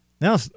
Now